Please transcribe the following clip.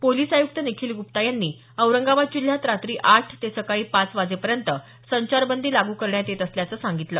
police आयुक्त निखील गुप्ता यांनी औरंगाबाद जिल्ह्यात रात्री आठ ते सकाळी पाच वाजेपर्यंत संचारबंदी लागू करण्यात येत असल्याचं सांगितलं